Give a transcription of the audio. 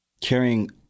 Carrying